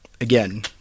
again